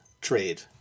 trade